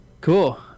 cool